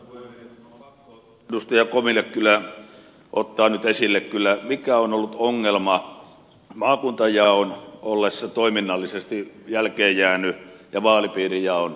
on pakko edustaja komille kyllä ottaa nyt esille mikä on ollut ongelma maakuntajaon ja vaalipiirijaon ollessa toiminnallisesti jälkeenjääneitä